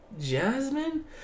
Jasmine